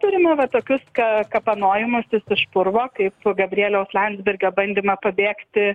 turime va tokius ka kapanojamasis iš purvo kaip gabrieliaus landsbergio bandymą pabėgti